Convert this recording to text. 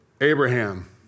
Abraham